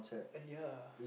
uh ya